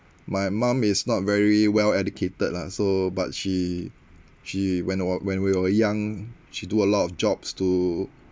my mum is not very well-educated lah so but she she when were when we were young she do a lot of jobs to